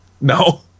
no